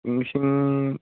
English रों